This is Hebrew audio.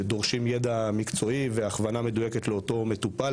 דורשים יידע מקצועי והכוונה מדויקת לאותו מטופל,